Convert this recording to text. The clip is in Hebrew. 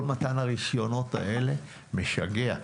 כל מתן הרישיונות האלה משגע.